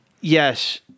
Yes